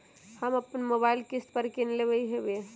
हम अप्पन मोबाइल किस्ते पर किन लेलियइ ह्बे